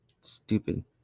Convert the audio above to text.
Stupid